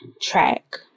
track